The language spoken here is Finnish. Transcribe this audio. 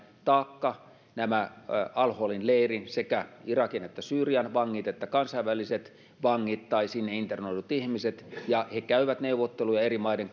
taakka nämä al holin leirin sekä irakin että syyrian vangit että kansainväliset vangit tai sinne internoidut ihmiset he käyvät neuvotteluja eri maiden